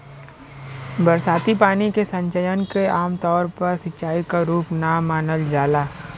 बरसाती पानी के संचयन के आमतौर पर सिंचाई क रूप ना मानल जाला